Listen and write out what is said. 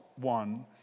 one